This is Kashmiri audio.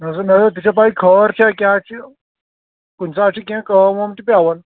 نسا نسا تہِ چھےٚ پےَ خٲر چھا کیٛاہ چھِ کُنہِ ساتہٕ چھِ کیٚنٛہہ کٲم وٲم چھِ پیٚوان